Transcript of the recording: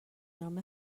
نام